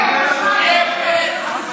אפס, אפס, אפס.